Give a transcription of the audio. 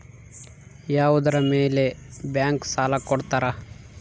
ಯಾವುದರ ಮೇಲೆ ಬ್ಯಾಂಕ್ ಸಾಲ ಕೊಡ್ತಾರ?